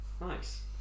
nice